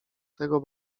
tego